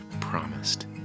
promised